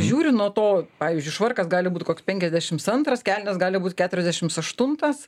žiūri nuo to pavyzdžiui švarkas gali būt koks penkiasdešimts antras kelnės gali būt keturiasdešimts aštuntas